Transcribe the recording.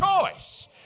choice